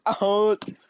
out